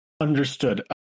Understood